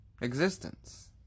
existence